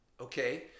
okay